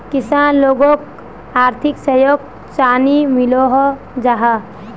किसान लोगोक आर्थिक सहयोग चाँ नी मिलोहो जाहा?